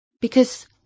because